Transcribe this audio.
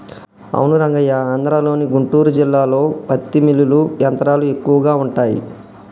అవును రంగయ్య ఆంధ్రలోని గుంటూరు జిల్లాలో పత్తి మిల్లులు యంత్రాలు ఎక్కువగా ఉంటాయి